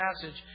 passage